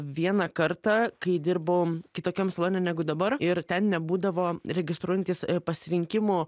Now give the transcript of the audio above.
vieną kartą kai dirbau kitokiam salone negu dabar ir ten nebūdavo registruojantis pasirinkimų